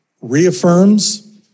reaffirms